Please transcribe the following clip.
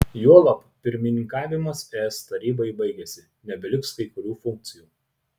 juolab pirmininkavimas es tarybai baigėsi nebeliks kai kurių funkcijų